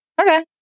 okay